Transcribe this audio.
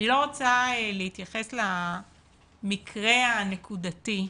אני לא רוצה להתייחס למקרה הנקודתי,